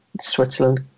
Switzerland